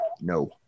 No